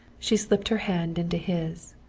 she slipped her hand into his.